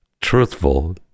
truthful